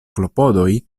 klopodoj